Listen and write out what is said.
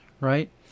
right